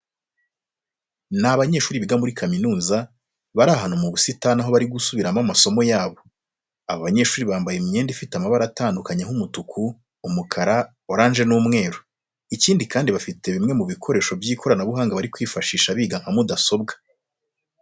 Ni abanyeshuri biga muri kaminuza, bari ahantu mu busitani aho bari gusubiramo amasomo yabo. Aba banyeshuri bambaye imyenda ifite amabara atandukanye nk'umutuku, umukara, orange n'umweru. Ikindi kandi bafite bimwe mu bikoresho by'ikoranabuhanga bari kwifashisha biga nka mudasobwa.